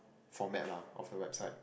format lah of the website